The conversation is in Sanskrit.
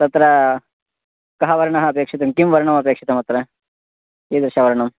तत्र कः वर्णः अपेक्षितः किं वर्णमपेक्षितं अत्र कीदृशवर्णं